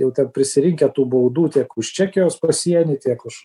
jau prisirinkę tų baudų tiek už čekijos pasienį tiek už